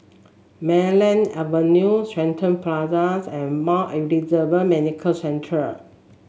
Marlene Avenue Shenton Plaza and Mount Elizabeth Medical Centre